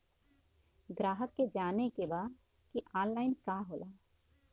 ग्राहक के जाने के बा की ऑनलाइन का होला?